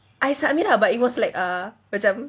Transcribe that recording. I submit lah but it was like ah macam